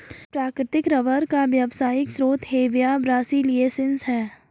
प्राकृतिक रबर का व्यावसायिक स्रोत हेविया ब्रासिलिएन्सिस है